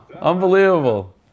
Unbelievable